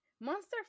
Monster